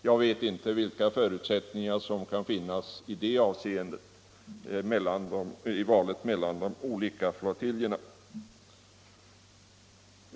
Jag vet inte vilka förutsättningar som kan finnas i det avseendet i valet mellan de olika flottiljerna.